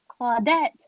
Claudette